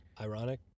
Ironic